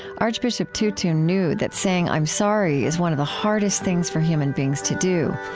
archbishop tutu knew that saying i'm sorry is one of the hardest things for human beings to do,